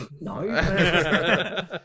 No